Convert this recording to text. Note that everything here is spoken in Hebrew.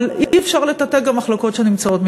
אבל אי-אפשר לטאטא מתחת לשטיח גם מחלוקות שנמצאות,